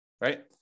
right